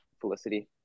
felicity